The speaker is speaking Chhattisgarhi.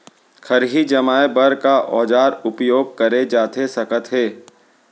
खरही जमाए बर का औजार उपयोग करे जाथे सकत हे?